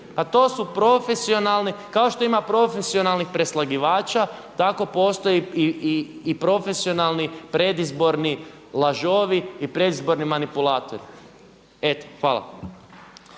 pa to su profesionalni kao što ima profesionalnih preslagivača, tako postoje i profesionalni predizborni lažovi i predizborni manipulatori. Hvala.